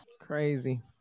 Crazy